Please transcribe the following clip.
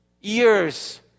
years